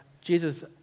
Jesus